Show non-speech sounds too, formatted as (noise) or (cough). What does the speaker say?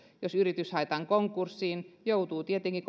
jos yritys haetaan konkurssiin joutuvat tietenkin (unintelligible)